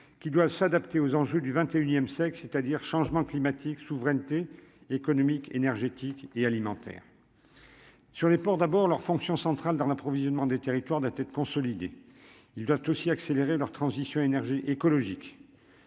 qui doit s'adapter aux enjeux du XXIe siècle, c'est-à-dire changement climatique souveraineté économique, énergétique et alimentaire. Sur les ports d'abord leur fonction centrale dans l'approvisionnement des territoires doit consolider, il doit aussi accélérer leur transition énergie écologique